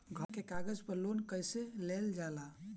घर के कागज पर लोन कईसे लेल जाई?